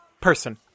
Person